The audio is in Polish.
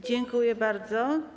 Dziękuję bardzo.